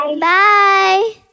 Bye